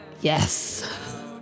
Yes